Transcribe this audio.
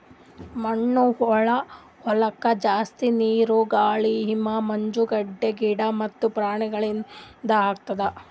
ಮಣ್ಣ ಹಾಳ್ ಆಲುಕ್ ಜಾಸ್ತಿ ನೀರು, ಗಾಳಿ, ಹಿಮ, ಮಂಜುಗಡ್ಡೆ, ಗಿಡ ಮತ್ತ ಪ್ರಾಣಿಗೊಳಿಂದ್ ಆತುದ್